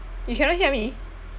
you cannot hear me